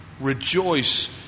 Rejoice